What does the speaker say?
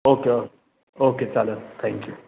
okay okay okay चालेल thank you